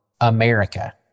America